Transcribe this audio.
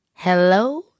Hello